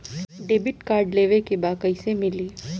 Debit card लेवे के बा कईसे मिली?